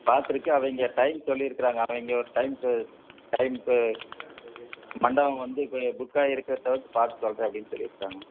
பார்த்துருக்கேன் அவங்க டைம் சொல்லியிருக்காங்க அவங்க டைம் இப்போ டைம் இப்போ மண்டபம் வந்து இப்போ புக்காயிருக்க தவிர்த்து பார்த்து சொல்கிறேன் அப்படின்னு சொல்லியிருக்காங்க